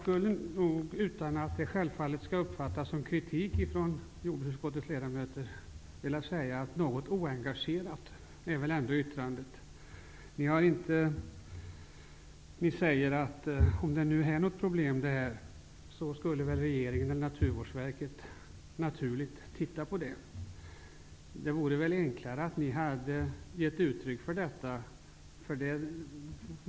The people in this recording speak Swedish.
Utan att det skall uppfattas som kritik av jordbruksutskottets ledamöter skulle jag vilja säga att yttrandet väl ändå är något oengagerat. Ni säger att om det nu är något problem så skulle väl regeringen eller Naturvårdsverket av sig själv titta närmare på det. Det hade väl varit enklare att ni hade givit uttryck för en sådan önskan?